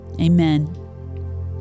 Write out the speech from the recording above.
amen